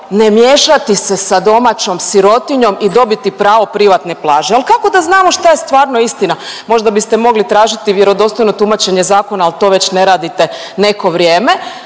ne miješati se sa domaćom sirotinjom i dobiti pravo privatne plaže. Al kako da znamo šta je stvarno istina, možda biste mogli tražiti vjerodostojno tumačenje zakona, al to već ne radite neko vrijeme,